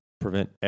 prevent